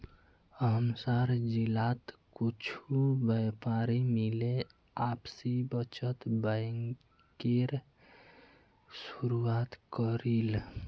हमसार जिलात कुछु व्यापारी मिले आपसी बचत बैंकेर शुरुआत करील